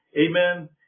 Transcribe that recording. Amen